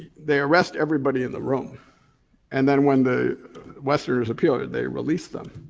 they arrest everybody in the room and then when the westerners appeal, they release them.